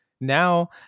Now